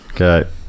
Okay